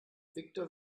viktor